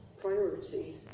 priority